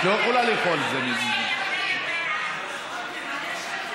אי-אפשר לאכול את כל העוגה ולהשאיר אותה שלמה.